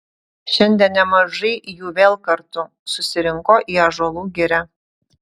šiandien nemažai jų vėl kartu susirinko į ąžuolų girią